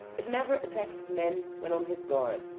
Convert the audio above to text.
it never attacks man when on his guard,